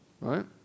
right